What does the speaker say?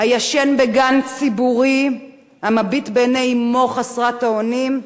הישן בגן ציבורי, המביט בעיני אמו חסרת האונים?